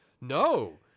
no